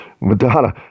Madonna